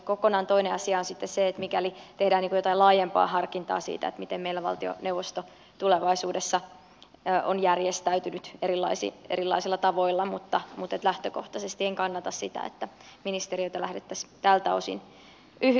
kokonaan toinen asia on sitten se mikäli tehdään jotakin laajempaa harkintaa siitä miten meillä valtioneuvosto tulevaisuudessa on järjestäytynyt erilaisilla tavoilla mutta lähtökohtaisesti en kannata sitä että ministeriöitä lähdettäisiin tältä osin yhdistämään